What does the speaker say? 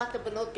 אחת הבנות,